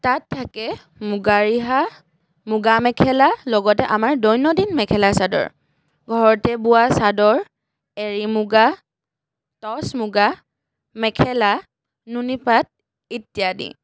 তাত থাকে মুগা ৰিহা মুগা মেখেলা লগতে আমাৰ দৈনন্দিন মেখেলা চাদৰ ঘৰতে বোৱা চাদৰ এড়ী মুগা টচ মুগা মেখেলা নুনী পাত ইত্যাদি